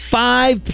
five